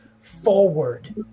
forward